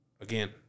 again